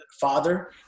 father